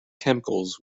chemicals